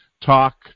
talk